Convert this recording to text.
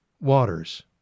waters